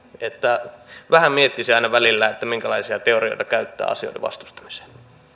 että vähän miettisin aina välillä minkälaisia teorioita käyttää asioiden vastustamiseen